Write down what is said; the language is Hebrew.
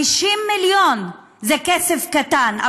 50 מיליון זה כסף קטן,